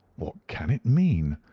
what can it mean?